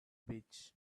beach